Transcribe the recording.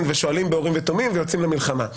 ושואלים באורים ותומים ויוצאים למלחמה.